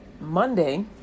monday